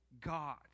God